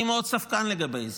אני מאוד ספקן לגבי זה,